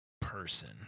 person